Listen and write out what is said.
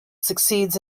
succeeds